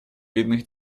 видных